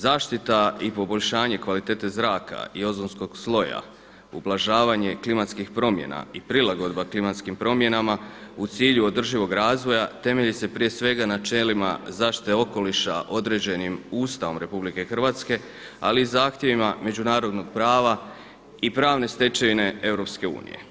Zaštita i poboljšanje kvalitete zraka i ozonskog sloja ublažavanje klimatskih promjena i prilagodba klimatskim promjenama u cilju održivog razvoja temelji se prije svega načelima zaštite okoliša određenim Ustavom RH, ali i zahtjevima međunarodnog prava i pravne stečevine EU.